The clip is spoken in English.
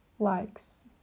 Likes